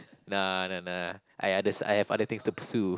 nah nah nah I others I have other things to pursue